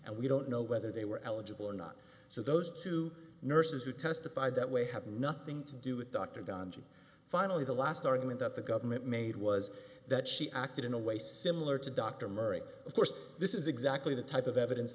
and we don't know whether they were eligible or not so those two nurses who testified that way have nothing to do with dr donji finally the last argument that the government made was that she acted in a way similar to dr murray of course this is exactly the type of evidence